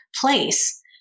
place